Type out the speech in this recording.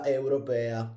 europea